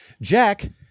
Jack